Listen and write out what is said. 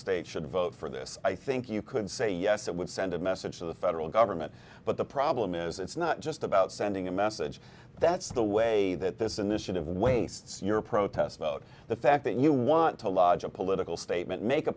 state should vote for this i think you could say yes that would send a message to the federal government but the problem is it's not just about sending a message that's the way that this initiative wastes your protest vote the fact that you want to lodge a political statement make a